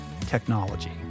technology